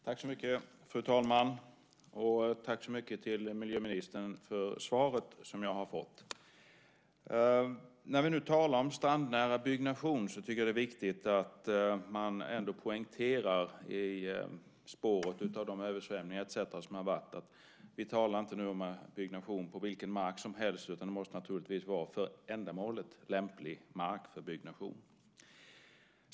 Fru talman! Tack miljöministern för det svar som jag har fått! När vi nu talar om strandnära byggnation tycker jag att det är viktigt att man poängterar i spåren av de översvämningar som har varit att vi inte talar om byggnation på vilken mark som helst, utan det måste naturligtvis vara för ändamålet lämplig mark för byggnation.